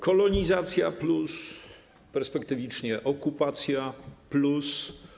Kolonizacja+, perspektywicznie okupacja+.